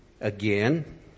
again